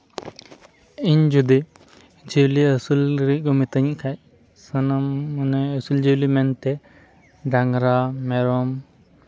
ᱤᱧ ᱡᱩᱫᱤ ᱡᱤᱭᱟᱹᱞᱤ ᱟᱹᱥᱩᱞ ᱞᱟᱹᱜᱤᱫ ᱡᱩᱫᱤ ᱠᱚ ᱢᱤᱛᱟᱹᱧ ᱠᱷᱟᱡ ᱥᱟᱱᱟᱢ ᱢᱟᱱᱮ ᱟᱹᱥᱩᱞ ᱡᱤᱭᱟᱹᱞᱤ ᱢᱮᱱᱛᱮ ᱰᱟᱝᱨᱟ ᱢᱮᱨᱚᱢ